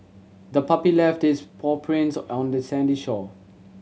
the puppy left its paw prints on the sandy shore